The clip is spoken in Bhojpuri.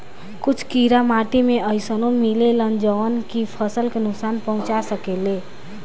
कुछ कीड़ा माटी में अइसनो मिलेलन जवन की फसल के नुकसान पहुँचा सकेले